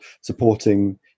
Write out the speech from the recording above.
supporting